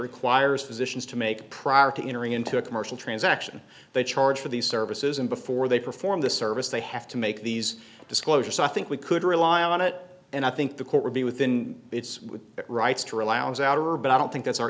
requires physicians to make prior to entering into a commercial transaction they charge for these services and before they perform this service they have to make these disclosure so i think we could rely on it and i think the court would be within its rights to rule out as our but i don't think that's our